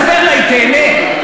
תספר לה, היא תיהנה.